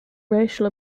racial